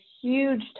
huge